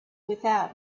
without